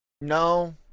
No